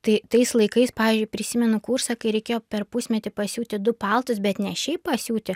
tai tais laikais pavyzdžiui prisimenu kursą kai reikėjo per pusmetį pasiūti du paltus bet ne šiaip pasiūti